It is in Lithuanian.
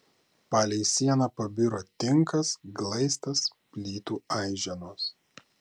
palei sieną pabiro tinkas glaistas plytų aiženos